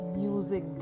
music